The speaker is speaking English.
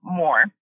more